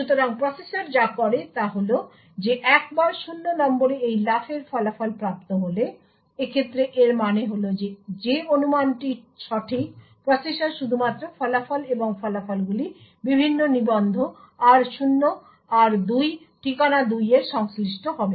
সুতরাং প্রসেসর যা করে তা হল যে একবার 0 নম্বরে এই লাফের ফলাফল প্রাপ্ত হলে এক্ষেত্রে এর মানে হল যে অনুমানটি সঠিক প্রসেসর শুধুমাত্র ফলাফল এবং ফলাফলগুলি বিভিন্ন নিবন্ধ r0 r2 ঠিকানা 2 এর সংশ্লিষ্ট হবে